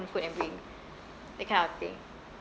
food and bring that kind of thing